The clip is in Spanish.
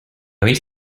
oís